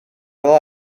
fel